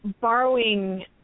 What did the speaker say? borrowing